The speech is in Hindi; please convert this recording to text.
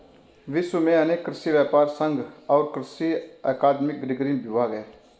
विश्व में अनेक कृषि व्यापर संघ और कृषि अकादमिक डिग्री विभाग है